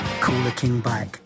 CoolerKingBike